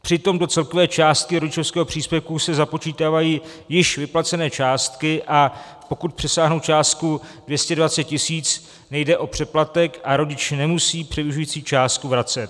Přitom do celkové částky rodičovského příspěvku se započítávají již vyplacené částky, a pokud přesáhnou částku 220 tisíc, nejde o přeplatek a rodič nemusí převyšující částku vracet.